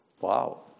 Wow